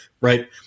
right